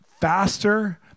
faster